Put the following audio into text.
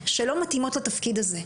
איך אנחנו הולכים לעשות את הדבר הזה,